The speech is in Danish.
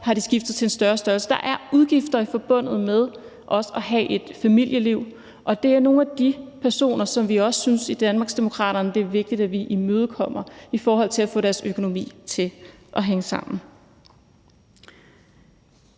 har de skiftet til en større størrelse. Der er udgifter forbundet med også at have et familieliv, og det er nogle af de personer, som vi også i Danmarksdemokraternes synes er vigtigt at imødekomme i forhold til at få deres økonomi til at hænge sammen.